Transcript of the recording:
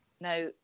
Now